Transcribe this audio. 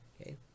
okay